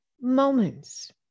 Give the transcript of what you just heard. moments